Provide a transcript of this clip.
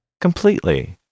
completely